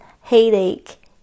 headache